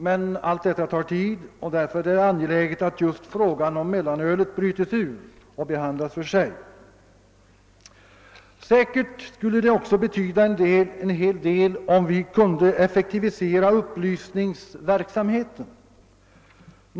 Men allt detta tar tid, och därför är det angeläget att just frågan om mellanölet brytes ut och behandlas för sig. Det skulle också betyda en hel del om vi kunde effektivisera upplysningsverksamheten.